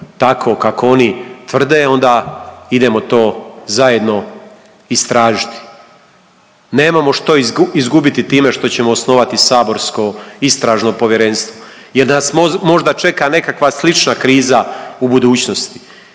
tako kako oni tvrde, onda idemo to zajedno istražiti. Nemamo što izgubiti time što ćemo osnovati saborsko istražno povjerenstvo jer nas možda čeka nekakva slična kriza u budućnosti